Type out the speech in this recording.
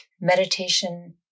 Meditation